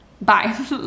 Bye